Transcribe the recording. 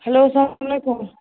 hello اسلامُ علیکُم